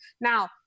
Now